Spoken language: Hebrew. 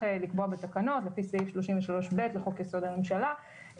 לקבוע בתקנות לפי סעיף 33(ב) לחוק יסוד הממשלה,